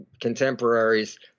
contemporaries